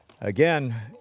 Again